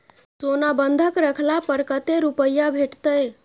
सोना बंधक रखला पर कत्ते रुपिया भेटतै?